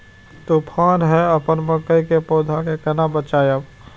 तुफान है अपन मकई के पौधा के केना बचायब?